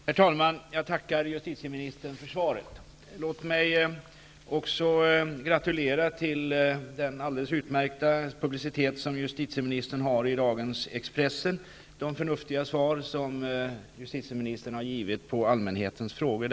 Herr talman! Jag tackar justitieministern för svaret. Låt mig också gratulera justitieministern för den alldeles utmärkta publicitet som justitieministern har fått i dagens Expressen och de förnuftiga svar som hon har givit på allmänhetens frågor.